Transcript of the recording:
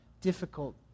difficult